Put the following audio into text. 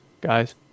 guys